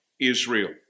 Israel